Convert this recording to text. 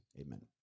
Amen